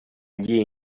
gli